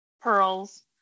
pearls